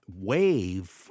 wave